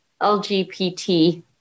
LGBT